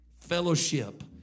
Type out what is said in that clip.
fellowship